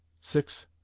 six